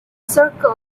circle